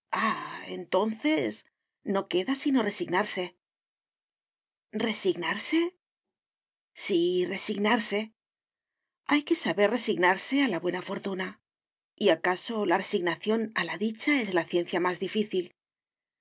entonces no queda sino resignarse resignarse sí resignarse hay que saber resignarse a la buena fortuna y acaso la resignación a la dicha es la ciencia más difícil